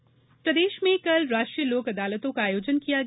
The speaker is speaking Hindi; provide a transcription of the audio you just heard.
लोक अदालत प्रदेष में कल राष्ट्रीय लोक अदालतों का आयोजन किया गया